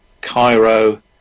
Cairo